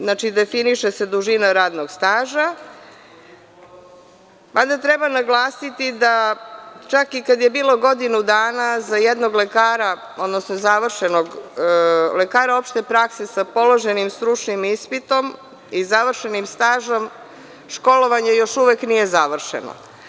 Znači, definiše se dužina radnog staža, mada treba naglasiti da čak i kada je bilo godinu dana za jednog lekara, odnosno završenog lekara opšte prakse sa položenim stručnim ispitom i navršenim stažom, školovanje još uvek nije završeno.